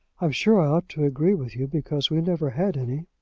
i'm sure i ought to agree with you, because we never had any.